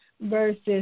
versus